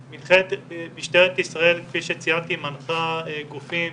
משטרת ישראל כפי שציינתי מנחה גופים